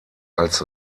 als